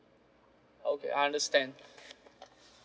okay I understand